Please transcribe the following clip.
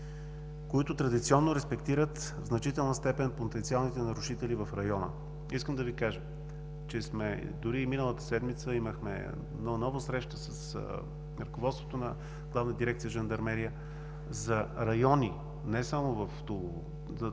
които традиционно респектират в значителна степен потенциалните нарушители в района. Искам да Ви кажа, че дори миналата седмица имахме нова среща с ръководството на Главна дирекция „Жандармерия“ за райони не само в Тулово,